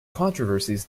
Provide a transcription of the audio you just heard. controversies